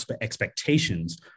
expectations